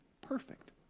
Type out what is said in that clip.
perfect